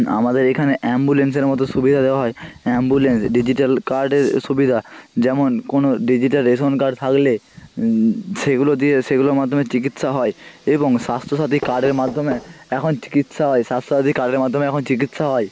আমাদের এখানে অ্যাম্বুলেন্সের মতো সুবিধা দেওয়া হয় অ্যাম্বুলেন্স ডিজিটাল কার্ডের সুবিধা যেমন কোনো ডিজিটাল রেশন কার্ড থাকলে সেগুলো দিয়ে সেগুলোর মাধ্যমে চিকিৎসা হয় এবং স্বাস্থ্য সাথী কার্ডের মাধ্যমে এখন চিকিৎসা হয় স্বাস্থ্য সাথী কার্ডের মাধ্যমে এখন চিকিৎসা হয়